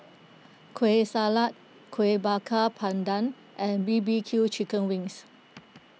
Kueh Salat Kuih Bakar Pandan and B B Q Chicken Wings